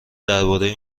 درباره